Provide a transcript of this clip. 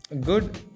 good